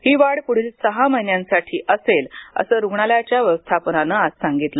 ही वाढ पुढील सहा महिन्यांपर्यंत असेल असं रुग्णालयाच्या व्यवस्थापनानं आज सांगितलं